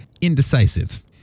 indecisive